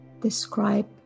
describe